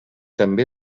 també